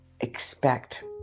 expect